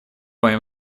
моем